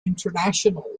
international